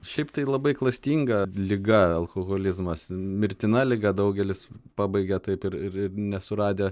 šiaip tai labai klastinga liga alkoholizmas mirtina liga daugelis pabaigia taip ir ir nesuradę